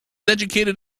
educated